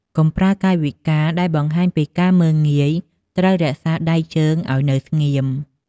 កុំប្រើកាយវិការដែលបង្ហាញពីការមើលងាយត្រូវរក្សាដៃជើងឱ្យនៅស្ងៀម។